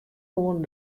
koenen